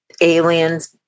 Aliens